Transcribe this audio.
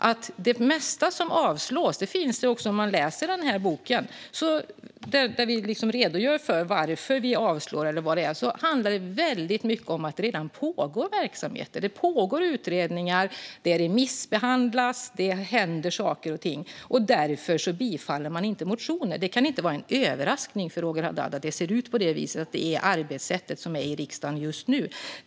Att det mesta avslås - vilket även framgår av betänkandet, där vi redogör för anledningen till avslag eller vad det än kan vara - handlar i mycket om att det redan pågår olika verksamheter, såsom utredningar och remissbehandlingar. Det händer saker och ting, och därför bifalls inte motioner. Det kan inte vara en överraskning för Roger Haddad att det ser ut på detta vis. Detta är just nu riksdagens arbetssätt.